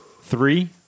Three